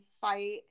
fight